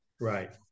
Right